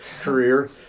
career